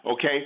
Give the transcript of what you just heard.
okay